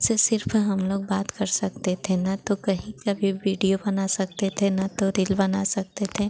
से सिर्फ हम लोग बात कर सकते थे ना तो कहीं कभी वीडियो बना सकते थे ना तो रील बना सकते थे